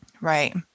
Right